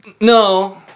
No